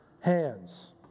hands